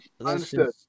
Understood